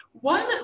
one